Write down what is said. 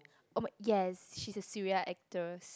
oh my yes she is a Suria actress